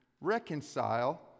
reconcile